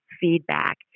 feedback